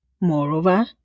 Moreover